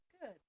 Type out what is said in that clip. Good